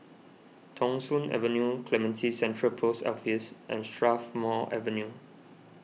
Thong Soon Avenue Clementi Central Post Office and Strathmore Avenue